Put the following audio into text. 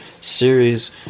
series